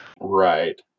right